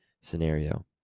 scenario